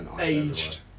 Aged